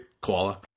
koala